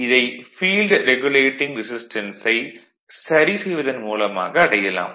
இதை field regulating ரெசிஸ்டன்ஸை சரிசெய்வதன் மூலமாக அடையலாம்